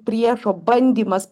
priešo bandymas